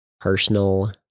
personal